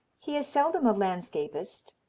he is seldom a landscapist,